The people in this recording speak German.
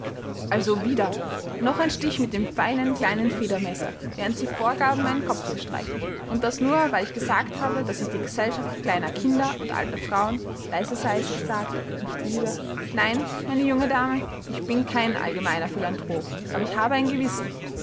also wieder noch ein stich mit dem feinen kleinen federmesser während sie vorgaben meinen kopf zu streicheln und das nur weil ich gesagt habe daß ich die gesellschaft kleiner kinder und alter frauen leise sei es gesagt nicht liebe nein meine junge dame ich bin kein allgemeiner philanthrop aber ich habe ein gewissen